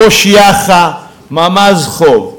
ראש יאח"ה, ממ"ז חוף.